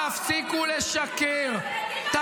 תפסיקו לשקר.